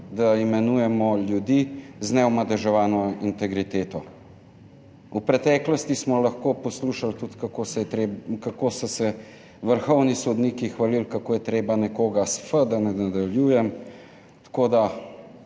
da imenujemo ljudi z neomadeževano integriteto? V preteklosti smo lahko poslušali tudi to, kako so se vrhovni sodniki hvalili, kako je treba nekoga sf…, da ne nadaljujem,